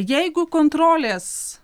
jeigu kontrolės